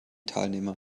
teilnehmer